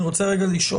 אני רוצה לשאול,